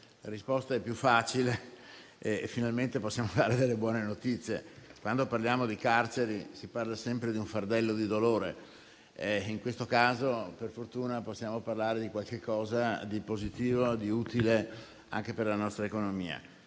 la risposta è più facile e finalmente possiamo dare buone notizie. Quando parliamo di carceri, si parla sempre di un fardello di dolore, ma in questo caso, per fortuna, possiamo parlare di qualcosa di positivo e di utile anche per la nostra economia.